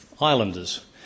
Islanders